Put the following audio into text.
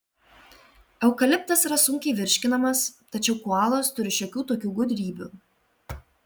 eukaliptas yra sunkiai virškinamas tačiau koalos turi šiokių tokių gudrybių